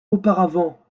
auparavant